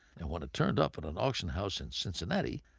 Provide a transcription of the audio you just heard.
and when it turned up in an auction house in cincinnati,